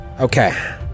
Okay